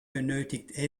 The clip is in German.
benötigt